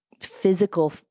physical